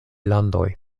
landoj